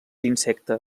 insecte